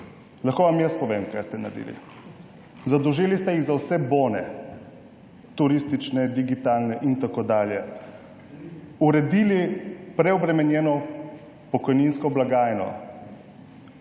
Lahko vam jaz povem, kaj ste naredili. Zadolžili ste jih za vse bone, turistične, digitalne in tako dalje, uredili preobremenjeno pokojninsko blagajno,